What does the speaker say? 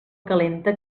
calenta